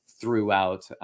throughout